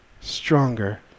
stronger